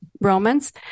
Romans